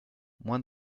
moins